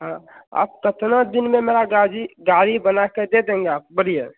हाँ आप कितने दिन में मेरी गाजी गाड़ी बनाकर दे देंगे आप बोलिए